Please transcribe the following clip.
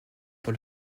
par